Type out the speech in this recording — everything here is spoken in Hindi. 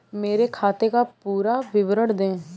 मेरे खाते का पुरा विवरण दे?